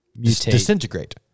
disintegrate